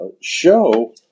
show